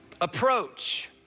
Approach